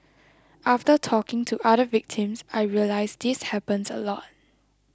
after talking to other victims I realised this happens a lot